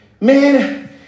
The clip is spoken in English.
Man